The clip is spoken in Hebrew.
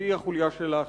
והיא החוליה של האכיפה.